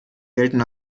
gelten